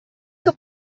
que